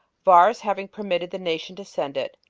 varus having permitted the nation to send it,